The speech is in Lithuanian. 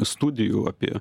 studijų apie